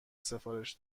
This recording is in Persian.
سفارش